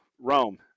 Rome